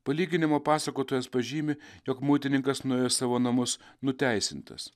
palyginimų pasakotojas pažymi jog muitininkas nuėjo savo namus nuteisintas